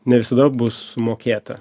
ne visada bus sumokėta